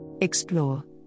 Explore